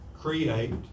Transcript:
create